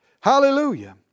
Hallelujah